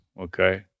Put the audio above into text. Okay